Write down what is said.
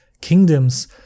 kingdoms